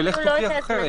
ולך תוכיח אחרת.